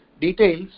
details